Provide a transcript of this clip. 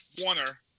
Warner